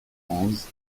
onze